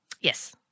Yes